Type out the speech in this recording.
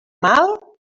mal